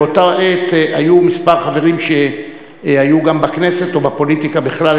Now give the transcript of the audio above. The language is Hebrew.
באותה העת היו כמה חברים שהיו גם בכנסת או בפוליטיקה בכלל,